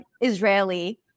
Israeli